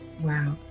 Wow